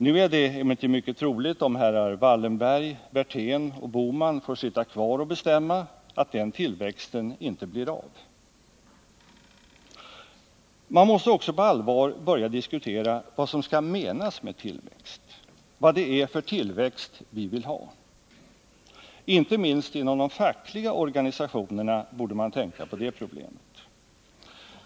Nu är det emellertid mycket troligt, om herrar Wallenberg, Werthén och Bohman får sitta kvar och bestämma, att den tillväxten inte blir av. Man måste också på allvar börja diskutera vad som skall menas med tillväxt och vad det är för tillväxt vi vill ha. Inte minst inom de fackliga organisationerna borde man tänka på det problemet.